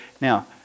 Now